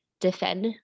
defend